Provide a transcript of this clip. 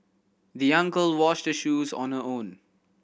the young girl washed the shoes on her own